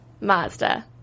Mazda